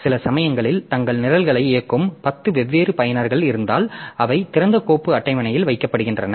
சில சமயங்களில் தங்கள் நிரல்களை இயக்கும் 10 வெவ்வேறு பயனர்கள் இருந்தால் அவை திறந்த கோப்பு அட்டவணையில் வைக்கப்படுகின்றன